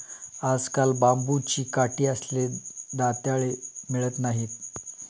आजकाल बांबूची काठी असलेले दंताळे मिळत नाहीत